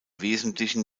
wesentlichen